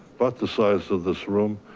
but the size of this room,